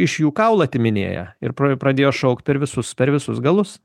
iš jų kaulą atiminėja ir pro pradėjo šaukt per visus per visus galus